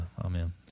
Amen